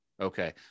Okay